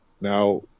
Now